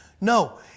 No